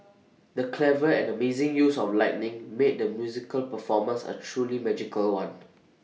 the clever and amazing use of lighting made the musical performance A truly magical one